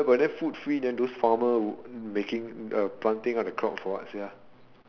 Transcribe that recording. but then food free then those farmer who making uh planting all the crop for what sia